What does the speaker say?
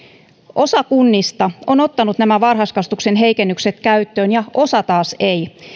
osa kunnista on ottanut nämä varhaiskasvatuksen heikennykset käyttöön ja osa taas ei